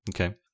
Okay